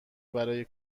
برای